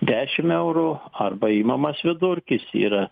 dešimt eurų arba imamas vidurkis yra